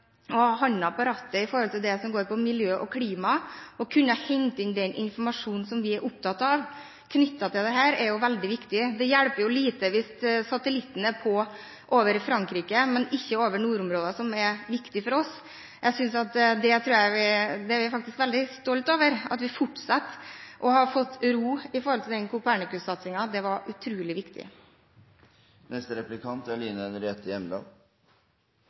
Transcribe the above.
ha hånden på rattet med hensyn til det som går på miljø og klima, og å kunne hente inn den informasjonen som vi er opptatt av knyttet til dette, er veldig viktig. Det hjelper lite hvis satellitten er på over Frankrike, men ikke over nordområdene, som er viktig for oss. Vi er faktisk veldig stolt over at vi fortsetter og har fått ro med hensyn til Copernicus-satsingen. Det var utrolig viktig. I budsjettinnstillingen fremmer Arbeiderpartiet en endret modell for nettolønnsordningen. Jeg antar at de 30 mill. kr som Arbeiderpartiet legger på bordet, er